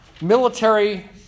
military